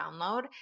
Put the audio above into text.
download